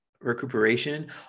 recuperation